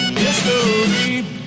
history